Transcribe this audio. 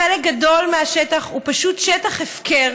חלק גדול מהשטח הוא פשוט שטח הפקר.